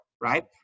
right